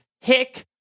hick